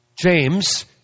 James